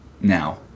now